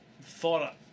thought